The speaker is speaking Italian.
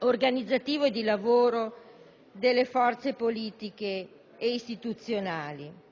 organizzativo e di lavoro delle forze politiche e istituzionali.